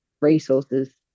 resources